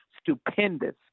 stupendous